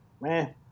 man